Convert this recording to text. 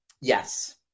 Yes